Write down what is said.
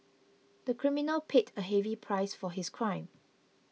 the criminal paid a heavy price for his crime